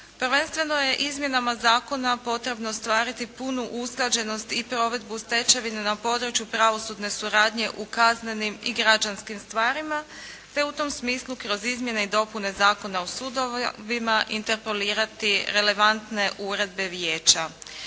Prvenstveno je izmjenama zakona potrebno ostvariti punu usklađenost i provedbu stečevine na području pravosudne suradnje u kaznenim i građanskim stvarima, te u tom smislu kroz Izmjene i dopune zakona o sudovima interpolirati relevantne uredbe vijeća.